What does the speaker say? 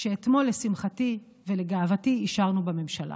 שלשמחתי ולגאוותי אישרנו אתמול בממשלה,